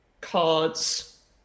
cards